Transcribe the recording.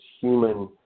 human